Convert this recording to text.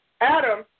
Adam